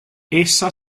essa